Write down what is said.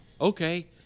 Okay